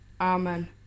Amen